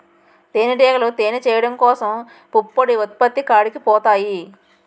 తేనిటీగలు తేనె చేయడం కోసం పుప్పొడి ఉత్పత్తి కాడికి పోతాయి